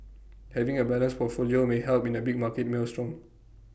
having A balanced portfolio may help in A big market maelstrom